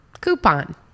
Coupon